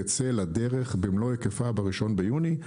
תצא לדרך במלוא היקפה ב-1 ביוני.